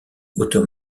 hauteur